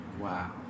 Wow